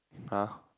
!huh!